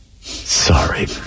Sorry